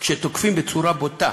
כשתוקפים בצורה בוטה,